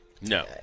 No